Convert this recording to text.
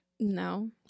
No